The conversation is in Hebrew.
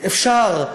אפשר,